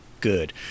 good